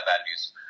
values